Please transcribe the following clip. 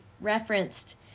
referenced